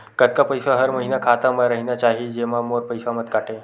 कतका पईसा हर महीना खाता मा रहिना चाही जेमा मोर पईसा मत काटे?